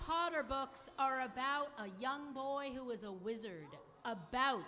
potter books are about a young boy who was a wizard about